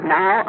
Now